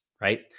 right